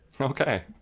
Okay